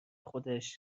خودش